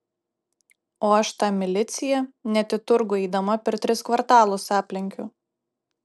o aš tą miliciją net į turgų eidama per tris kvartalus aplenkiu